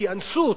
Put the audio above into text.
כי אנסו אותם.